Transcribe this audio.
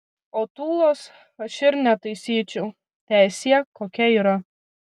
o tūlos aš ir netaisyčiau teesie kokia yra